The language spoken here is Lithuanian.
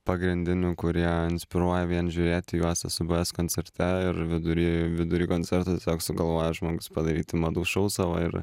pagrindinių kurie inspiruoja vien žiūrėti į juos esu buvęs koncerte ir vidury vidury koncerto tiesiog sugalvojo žmogus padaryti madų šou savo ir